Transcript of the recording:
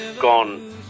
gone